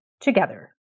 together